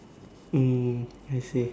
hmm I see